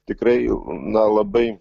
tikrai na labai